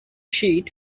sheet